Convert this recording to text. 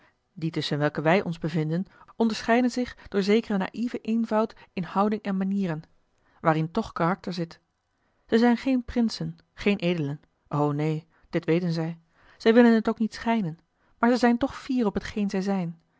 die tusschen welke wij ons bevinden onscheiden zich door zekere naïeve eenvoud in houding en manieren waarin toch karakter zit zij zijn geen prinsen geen edelen o neen dit weten zij zij willen het ook niet schijnen maar zij zijn toch fier op hetgeen zij zijn